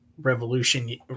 revolution